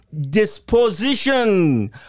disposition